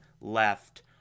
left